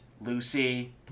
Lucy